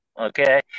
Okay